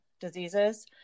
diseases